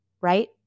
right